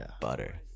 butter